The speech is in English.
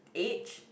age